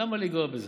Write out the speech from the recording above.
למה לנגוע בזה?